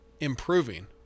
improving